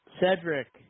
Cedric